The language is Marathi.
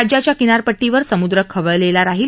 राज्याच्या किनारपट्टीवर समुद्र खवळलेला राहील